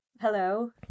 Hello